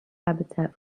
habitat